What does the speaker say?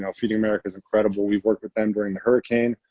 um feeding america is incredible. we've worked with them during the hurricane.